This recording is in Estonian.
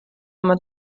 oma